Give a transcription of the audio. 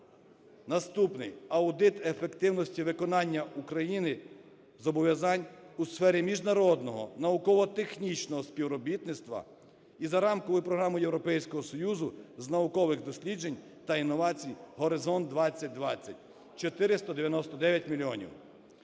Наступний. Аудит ефективності виконання Україною зобов'язань у сфері міжнародного науково-технічного співробітництва і за Рамковою програмою Європейського Союзу з наукових досліджень та інновацій "Горизонт 2020" – 499 мільйонів.